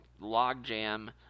logjam